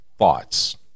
thoughts